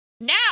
Now